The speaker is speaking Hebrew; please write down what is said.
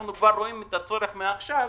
אנחנו רואים את הצורך כבר מעכשיו.